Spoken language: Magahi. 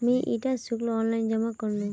मी इटा शुल्क ऑनलाइन जमा करनु